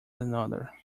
another